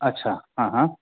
अच्छा हा हा